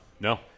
No